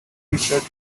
featured